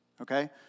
okay